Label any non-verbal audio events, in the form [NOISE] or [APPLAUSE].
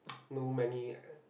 [NOISE] know many